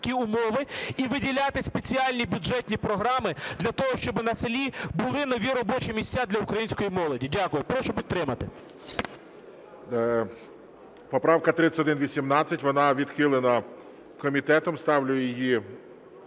поправка, вона відхилена комітетом. Ставлю її